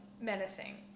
menacing